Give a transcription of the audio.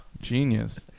Genius